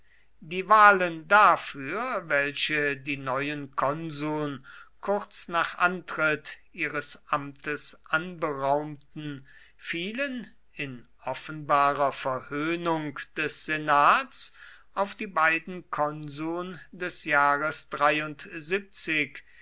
die wahlen dafür welche die neuen konsuln kurz nach antritt ihres amtes anberaumten fielen in offenbarer verhöhnung des senats auf die beiden konsuln des jahres